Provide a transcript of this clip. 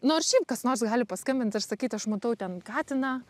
nors šiaip kas nors gali paskambint ir sakyt aš matau ten katiną